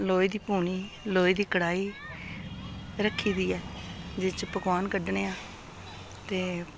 लोहे दी पूनी लोहे दी कड़ाही रक्खी दी ऐ जेह्दे च पकोआन कड्ढने आं ते